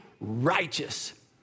righteous